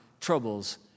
troubles